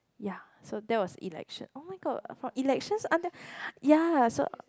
ya so that was election oh-my-god from election under ya so